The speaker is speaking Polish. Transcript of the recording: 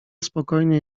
spokojnie